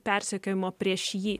persekiojimo prieš jį